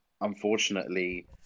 unfortunately